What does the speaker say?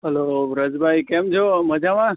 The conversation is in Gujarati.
હાલો વ્રજભાઈ કેમ છો મજામાં